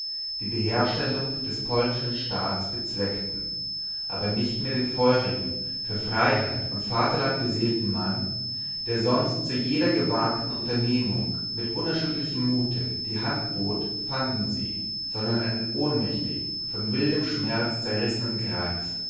die die herstellung des polnischen staats bezweckten aber nicht mehr den feurigen für freiheit und vaterland beseelten mann der sonst zu jeder gewagten unternehmung mit unerschütterlichem mute die hand bot fanden sie sondern einen ohnmächtigen von wildem schmerz zerrissenen greis